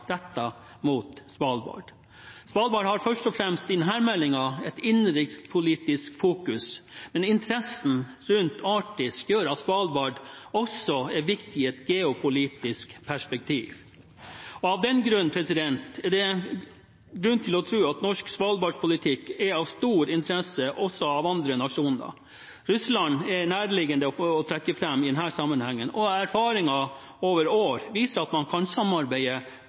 mot Svalbard. Svalbard er i denne meldingen først og fremst i et innenrikspolitisk fokus, men interessen rundt Arktis gjør at Svalbard også er viktig i et geopolitisk perspektiv. Av den grunn er det grunn til å tro at norsk Svalbard-politikk er av stor interesse også for andre nasjoner. Russland er nærliggende å trekke fram i denne sammenhengen, og erfaringer over år viser at man kan samarbeide